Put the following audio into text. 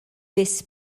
biss